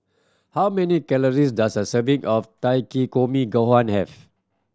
how many calories does a serving of Takikomi Gohan have